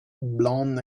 blown